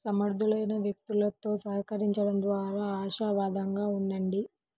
సమర్థులైన వ్యక్తులతో సహకరించండం ద్వారా ఆశావాదంగా ఉండండి